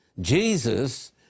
Jesus